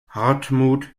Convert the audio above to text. hartmut